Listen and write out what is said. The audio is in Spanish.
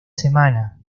semana